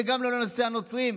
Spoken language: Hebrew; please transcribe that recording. וגם לא לנושא הנוצרים.